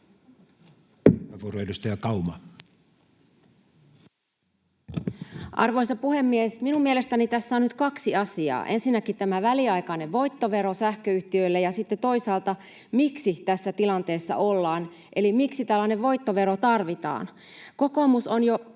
Arvoisa puhemies! Minun mielestäni tässä on nyt kaksi asiaa: ensinnäkin tämä väliaikainen voittovero sähköyhtiöille ja sitten toisaalta se, miksi tässä tilanteessa ollaan eli miksi tällainen voittovero tarvitaan. Kokoomus on jo